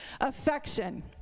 affection